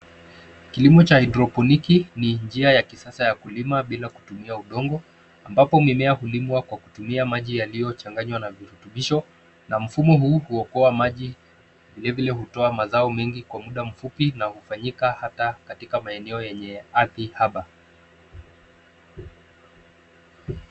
Kilimo cha haidroponiki ni njia ya kisasa ya kulima bila kutumia udongo ambapo mimea hulimwa kwa kutumia maji yaliyochanganywa na virutubisho na mfumo huu huokoa maji, vilevile hutoa mazao mengi kwa muda mfupi na hufanyika hata katika maeneo yenye ardhi hapa.